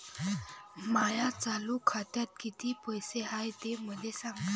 माया चालू खात्यात किती पैसे हाय ते मले सांगा